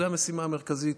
זאת המשימה המרכזית,